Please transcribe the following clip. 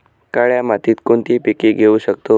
काळ्या मातीत कोणती पिके घेऊ शकतो?